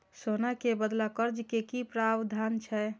सोना के बदला कर्ज के कि प्रावधान छै?